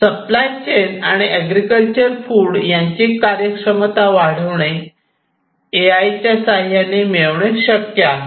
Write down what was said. supply chain आणि agriculture food यांची कार्यक्षमता वाढविणे ए आय च्या साह्याने मिळविणे शक्य आहे